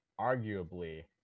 arguably